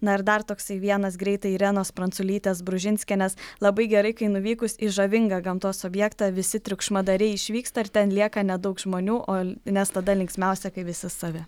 na ir dar toksai vienas greitai irenos pranculytės bružinskienės labai gerai kai nuvykus į žavingą gamtos objektą visi triukšmadariai išvyksta ir ten lieka nedaug žmonių o nes tada linksmiausia kai visi savi